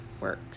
work